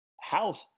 house